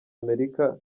amerika